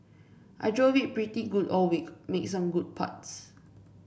I drove it pretty good all week made some good putts